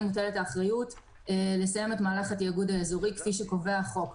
מוטלת האחריות לסיים את מהלך התאגוד האזורי כפי שקובע החוק.